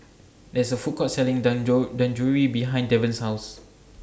There IS A Food Court Selling behind Devan's House